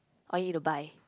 all need to buy